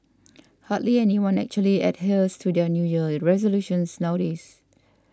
hardly anyone actually adheres to their New Year resolutions nowadays